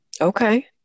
okay